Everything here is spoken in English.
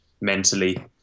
mentally